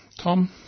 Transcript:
Tom